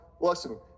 Listen